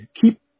Keep